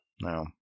no